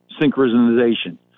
synchronization